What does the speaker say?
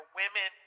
women